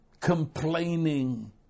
complaining